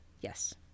yes